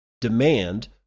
Demand